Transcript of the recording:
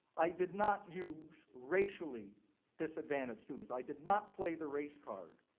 i did not use racially disadvantaged students. i did not play the race card.